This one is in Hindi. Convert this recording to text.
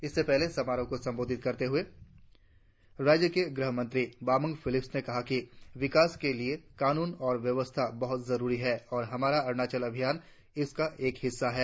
इससे पहले समारोह को संबोधित करते हुए राज्य के गृह मंत्री बामांग फेलिक्स ने कहा कि विकास के लिए कानून और व्यवस्था बहुत जरुरी है और हमारा अरुणाचल अभियान उसका एक हिस्सा है